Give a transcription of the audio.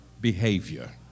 behavior